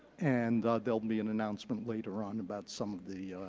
and there will be an announcement later on about some of the